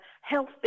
healthy